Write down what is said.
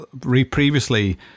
previously